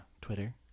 Twitter